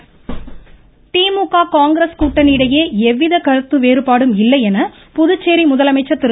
ஸ்டாலின் திமுக காங்கிரஸ் கூட்டணி இடையே எவ்வித கருத்து வேறுபாடும் இல்லை என புதுச்சோி முதலமைச்சர் திரு